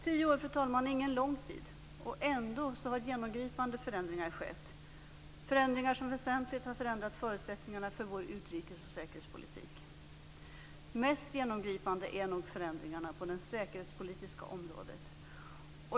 Tio år, fru talman, är ingen lång tid. Ändå har genomgripande förändringar skett. Det är förändringar som väsentligt har förändrat förutsättningarna för vår utrikes och säkerhetspolitik. Mest genomgripande är nog förändringarna på det säkerhetspolitiska området.